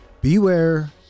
Beware